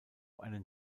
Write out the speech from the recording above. einem